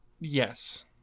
Yes